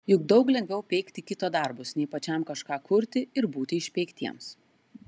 juk daug lengviau peikti kito darbus nei pačiam kažką kurti ir būti išpeiktiems